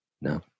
No